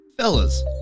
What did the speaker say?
Fellas